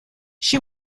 she